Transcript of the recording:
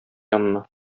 янына